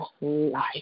life